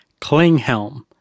Klinghelm